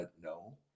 No